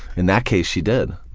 in that case, she did.